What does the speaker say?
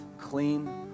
clean